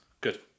Good